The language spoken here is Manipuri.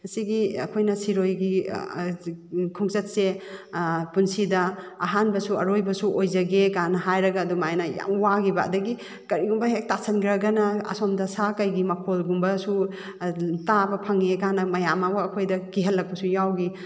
ꯁꯤꯒꯤ ꯑꯩꯈꯣꯏꯅ ꯁꯤꯔꯣꯏꯒꯤ ꯈꯣꯡꯆꯠꯁꯦ ꯄꯨꯟꯁꯤꯗ ꯑꯍꯥꯟꯕꯁꯨ ꯑꯔꯣꯏꯕꯁꯨ ꯑꯣꯏꯖꯒꯦ ꯀꯥꯏꯅ ꯍꯥꯏꯔꯒ ꯑꯗꯨꯃꯥꯏꯅ ꯌꯥꯝ ꯋꯥꯈꯤꯕ ꯑꯗꯒꯤ ꯀꯔꯤꯒꯨꯝꯕ ꯍꯦꯛ ꯇꯥꯁꯟꯈ꯭ꯔꯒꯅ ꯑꯁꯣꯝꯗ ꯁꯥ ꯀꯩꯒꯤ ꯃꯈꯣꯜꯀꯨꯝꯕꯁꯨ ꯇꯥꯕ ꯐꯪꯉꯤ ꯀꯥꯏꯅ ꯃꯌꯥꯝ ꯑꯃ ꯑꯩꯈꯣꯏꯗ ꯀꯤꯍꯜꯂꯛꯄꯁꯨ ꯌꯥꯎꯈꯤ